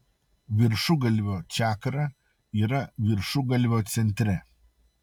viršugalvio čakra yra viršugalvio centre